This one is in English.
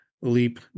Leap